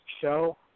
show